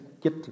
get